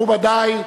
מכובדי,